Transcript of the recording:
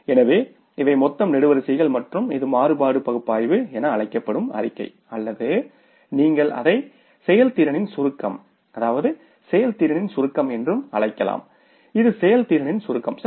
எனவே இவை மொத்த நெடுவரிசைகள் மற்றும் இது மாறுபாடு பகுப்பாய்வு என அழைக்கப்படும் அறிக்கை அல்லது நீங்கள் அதை செயல்திறனின் சுருக்கம் செயல்திறனின் சுருக்கம் என்றும் அழைக்கலாம் இது செயல்திறனின் சுருக்கம் சரி